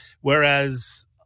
Whereas